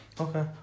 Okay